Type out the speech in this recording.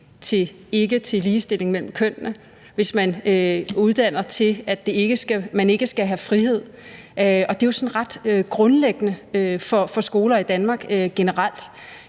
at have ligestilling mellem kønnene og til, at man ikke skal have frihed. Det er jo sådan ret grundlæggende for skoler i Danmark generelt.